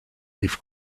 leaf